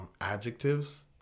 adjectives